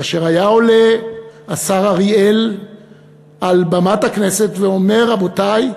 כאשר היה עולה השר אריאל על במת הכנסת ואומר: רבותי,